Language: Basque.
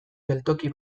geltoki